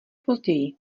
později